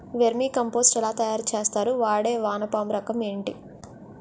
Vermi compost ఎలా తయారు చేస్తారు? వాడే వానపము రకం ఏంటి?